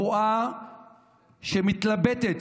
הבועה שמתלבטת